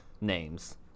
names